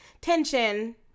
tension